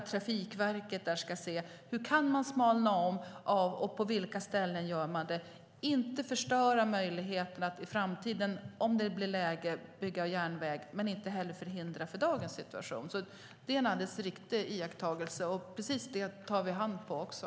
Trafikverket där ska titta på hur och var man kan smalna av, inte förstöra möjligheten att i framtiden, om det blir läge, bygga järnväg men inte heller förhindra utifrån dagens situation. Isak From gör en alldeles riktig iakttagelse, och precis detta kan vi ta i hand på.